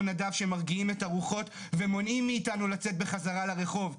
נדב שמרגיעים את הרוחות ומונעים מאתנו לצאת בחזרה לרחוב,